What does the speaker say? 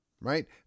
right